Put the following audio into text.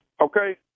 Okay